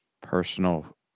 personal